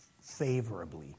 favorably